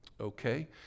Okay